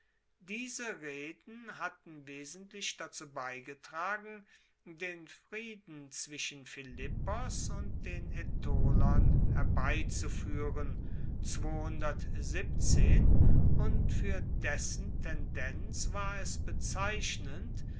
diese reden hatten wesentlich dazu beigetragen den frieden zwischen philippos und den aetolern herbeizufuehren und fuer dessen tendenz war es bezeichnend